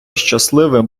щасливим